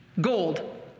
Gold